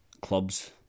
clubs